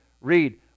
Read